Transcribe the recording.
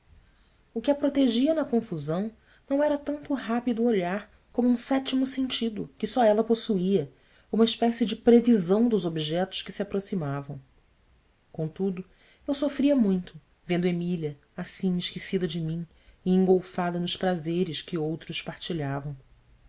o que a protegia na confusão não era tanto o rápido olhar como um sétimo sentido que só ela possuía uma espécie de previsão dos objetos que se aproximavam contudo eu sofria muito vendo emília assim esquecida de mim e engolfada nos prazeres que outros partilhavam